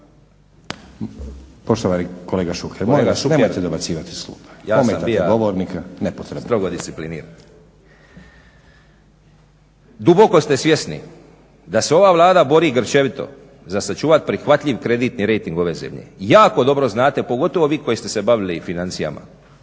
Poštovani kolega Šuker, molim vas nemojte dobacivati iz klupe. Ometate govornika nepotrebno./… Duboko ste svjesni da se ova Vlada bori grčevito za sačuvati prihvatljiv kreditni rejting ove zemlje. Jako dobro znate pogotovo vi koji ste se bavili financijama